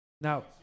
Now